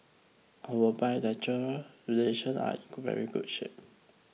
our bilateral relations are in very good shape